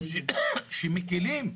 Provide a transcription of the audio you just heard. שמקלים,